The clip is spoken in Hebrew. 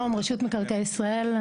רשות מקרקעי ישראל,